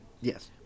Yes